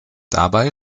dabei